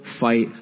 fight